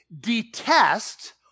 detest